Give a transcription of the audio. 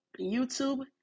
YouTube